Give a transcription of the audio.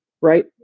right